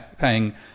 paying